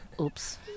oops